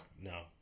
No